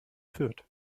fürth